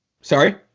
Sorry